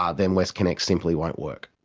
um then westconnex simply won't work.